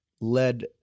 led